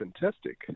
fantastic